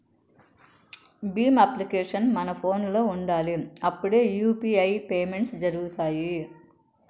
Bhim application మన ఫోనులో ఉండాలి అప్పుడే యూ.పీ.ఐ పేమెంట్స్ జరుగుతాయి